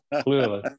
Clearly